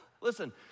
listen